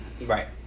Right